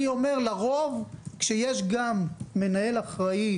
לרוב כשיש גם מנהל אחראי,